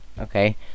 Okay